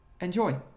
enjoy